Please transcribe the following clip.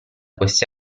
queste